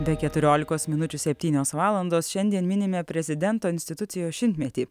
be keturiolikos minučių septynios valandos šiandien minime prezidento institucijos šimtmetį